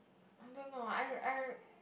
I don't know I I